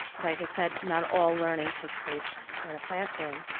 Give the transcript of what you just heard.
like i said, not all learning takes place in a classroom.